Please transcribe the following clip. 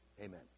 Amen